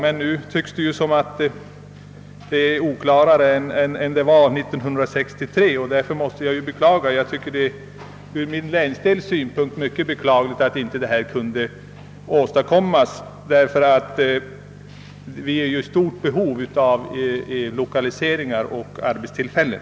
Men det verkar faktiskt som om läget nu är oklarare än det var 1963, och det måste jag beklaga, särskilt ur min egen länsdels synpunkt. Vi är ju i stort behov av lokalisering och arbetstillfällen.